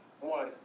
One